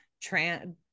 trans